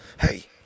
Hey